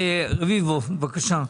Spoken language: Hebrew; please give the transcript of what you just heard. רביבו, בבקשה.